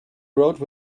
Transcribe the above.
wrote